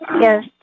Yes